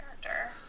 character